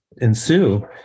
ensue